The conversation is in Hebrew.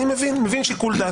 אני מבין שיש שיקול דעת,